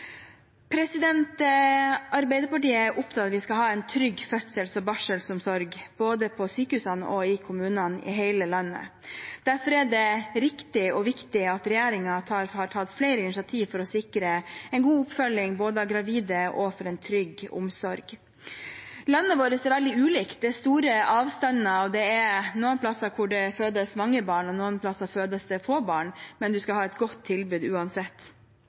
Arbeiderpartiet er opptatt av at vi skal ha en trygg fødsels- og barselomsorg både på sykehusene og i kommunene i hele landet. Derfor er det riktig og viktig at regjeringen har tatt flere initiativ for å sikre både en god oppfølging av gravide og en trygg omsorg. Landet vårt er veldig ulikt. Det er store avstander. Det er noen plasser hvor det fødes mange barn, og noen plasser det fødes få barn, men man skal ha et godt tilbud uansett.